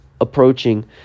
approaching